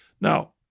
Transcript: Now